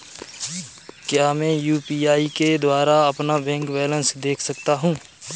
क्या मैं यू.पी.आई के द्वारा अपना बैंक बैलेंस देख सकता हूँ?